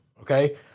okay